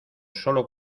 solo